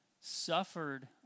suffered